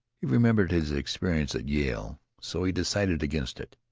he remembered his experience at yale, so he decided against it.